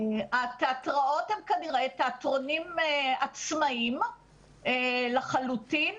התיאטראות הם כנראה תיאטרונים עצמאיים לחלוטין,